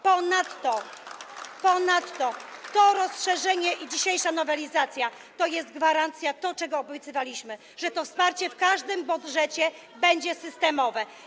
Ponadto to rozszerzenie, ta dzisiejsza nowelizacja to jest gwarancja tego, czego obiecywaliśmy, że wsparcie w każdym budżecie będzie systemowe.